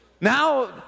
Now